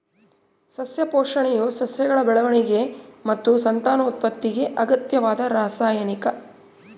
ಸಸ್ಯ ಪೋಷಣೆಯು ಸಸ್ಯಗಳ ಬೆಳವಣಿಗೆ ಮತ್ತು ಸಂತಾನೋತ್ಪತ್ತಿಗೆ ಅಗತ್ಯವಾದ ರಾಸಾಯನಿಕ